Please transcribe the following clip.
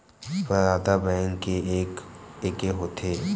प्रदाता बैंक के एके होथे?